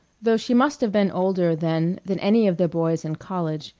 though she must have been older then than any of the boys in college,